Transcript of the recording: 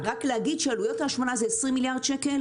עלויות ההשמנה זה 20 מיליארד שקל,